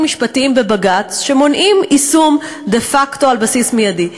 משפטיים בבג"ץ שמונעים יישום דה-פקטו על בסיס מיידי.